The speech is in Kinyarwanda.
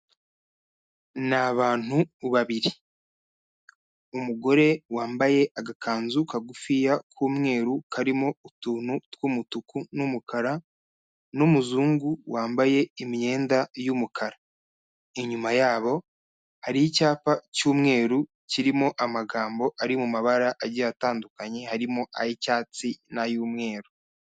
Ni abantu babiri, umugore wambaye agakanzu kagufiya k'umweru, karimo utuntu tw'umutuku n'umukara n'umuzungu wambaye imyenda y'umukara, inyuma yabo hari icyapa cy'umweru, kirimo amagambo ari mu mabara agiye atandukanye, harimo ay'icyatsi n'ay'umweru.